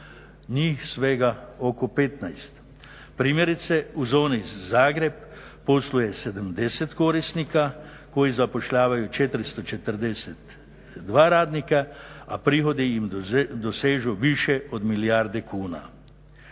njih svega oko 15. Primjerice u zoni Zagreb posluje 70 korisnika koji zapošljavaju 442 radnika, a prihodi im dosežu više od milijarde kuna.